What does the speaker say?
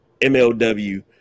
MLW